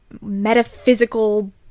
metaphysical